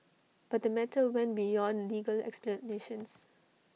but the matter went beyond legal explanations